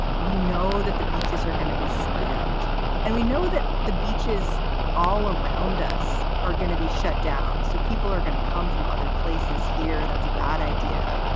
we know that the beaches are going to be slammed and we know that the beaches all around us are going to be shut down. so people are going to come from other places here. that's a bad idea.